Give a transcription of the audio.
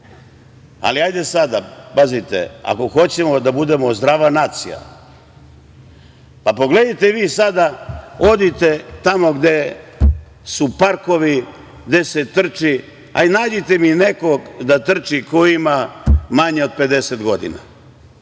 školi ima. Pazite, ako hoćemo da budemo zdrava nacija, pogledajte vi, idite tamo gde su parkovi, gde se trči, nađite mi nekog da trči ko ima manje od 50 godina.